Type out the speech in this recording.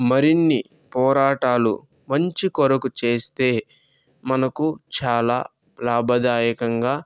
మరిన్ని పోరాటాలు మంచి కొరకు చేస్తే మనకు చాలా లాభదాయకంగా